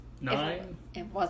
nine